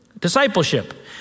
Discipleship